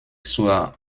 zur